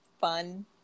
fun